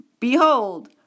Behold